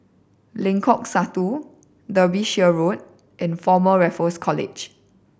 Lengkok Satu Derbyshire Road and Former Raffles College